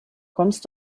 kommst